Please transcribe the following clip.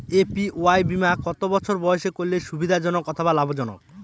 APY বীমা কত বছর বয়সে করলে সুবিধা জনক অথবা লাভজনক?